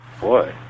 boy